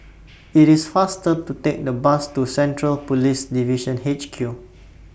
IT IS faster to Take The Bus to Central Police Division H Q